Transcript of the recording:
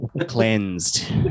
cleansed